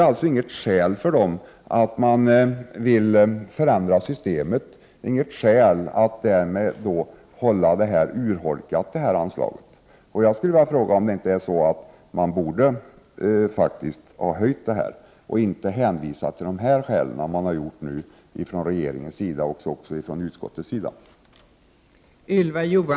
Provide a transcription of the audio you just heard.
Att man vill förändra systemet är alltså för dem inget skäl för att anslaget därmed skall urholkas. Jag skulle vilja fråga om det inte är så att man faktiskt borde höja anslaget och inte hänvisa till dessa skäl, som nu regeringen och utskottet har gjort.